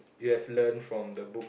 you have learnt from the book